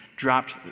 dropped